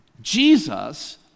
Jesus